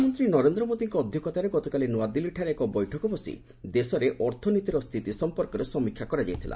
ପ୍ରଧାନମନ୍ତ୍ରୀ ଶ୍ରୀ ନରେନ୍ଦ୍ର ମୋଦୀଙ୍କ ଅଧ୍ୟକ୍ଷତାରେ ଗତକାଲି ନ୍ତ୍ରଆଦିଲ୍ଲୀଠାରେ ଏକ ବୈଠକ ବସି ଦେଶରେ ଅର୍ଥନୀତି ସମ୍ପର୍କରେ ସମୀକ୍ଷା କରାଯାଇଥିଲା